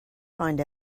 find